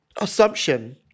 assumption